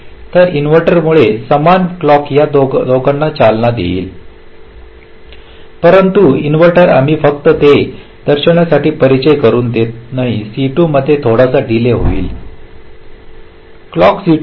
तर इन्व्हर्टरमुळे समान क्लॉक या दोहोंना चालना देईल परंतु हे इन्व्हर्टर आम्ही फक्त हे दर्शविण्यासाठी परिचय करून देतो की C2 मध्ये थोडासा डीले होईल क्लॉक C2 नंतर C2 स्केव D आहे